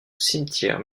cimetière